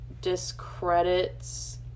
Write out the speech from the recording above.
discredits